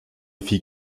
fit